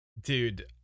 dude